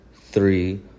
three